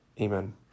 Amen